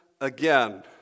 again